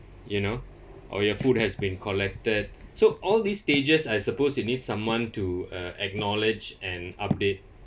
you know or your food has been collected so all these stages I suppose you need someone to uh acknowledge and update